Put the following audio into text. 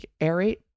Aerate